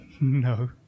no